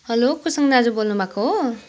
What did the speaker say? hello Kusang दाजु बोल्नुभएको हो